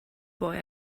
boy